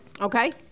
Okay